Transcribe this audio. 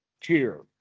cheer